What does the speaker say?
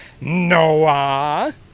Noah